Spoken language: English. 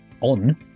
on